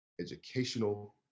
educational